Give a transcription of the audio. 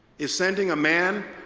is sending a man,